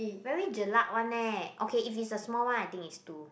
very jelak one eh okay if it's the small one I think is two